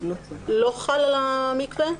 לא חל המקווה?